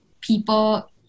people